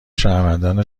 شهروندان